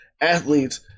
athletes